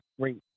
great